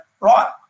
right